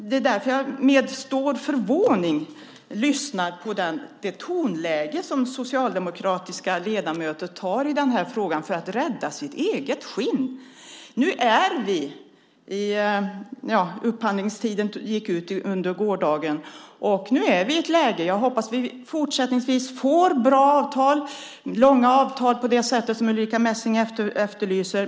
Det är därför som jag med stor förvåning lyssnar på det tonläge som socialdemokratiska ledamöter har i den här frågan för att rädda sitt eget skinn. Anbudstiden gick ut under gårdagen. Jag hoppas att vi fortsättningsvis får bra och långa avtal på det sätt som Ulrica Messing efterlyser.